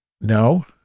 No